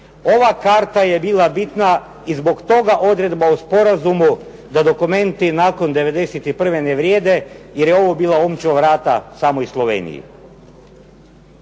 Ova karta je bila bitna i zbog toga odredba o sporazumu da dokumenti nakon '91. ne vrijede jer je ovo bila omča oko vrata samoj Sloveniji.